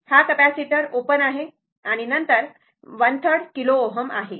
हा capacitor open आहे आणि नंतर 1 3 किलोओहम आहे